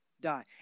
die